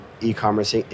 e-commerce